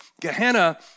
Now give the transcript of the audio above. Gehenna